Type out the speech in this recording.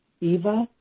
Eva